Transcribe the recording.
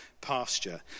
pasture